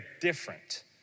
different